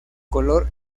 color